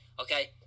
Okay